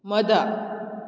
ꯃꯗ